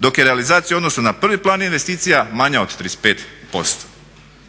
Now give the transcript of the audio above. dok je realizacija u odnosu na prvi plan investicija manja od 35%.